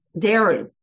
dairy